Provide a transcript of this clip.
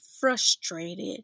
frustrated